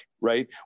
right